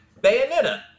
bayonetta